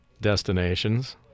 destinations